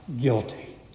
guilty